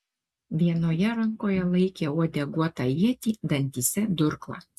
vienoje rankoje laikė uodeguotą ietį dantyse durklą